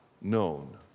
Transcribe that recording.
known